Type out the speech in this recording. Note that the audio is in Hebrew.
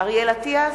אריאל אטיאס,